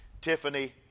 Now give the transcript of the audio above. Tiffany